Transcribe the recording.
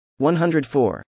104